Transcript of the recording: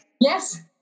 Yes